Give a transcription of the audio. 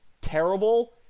terrible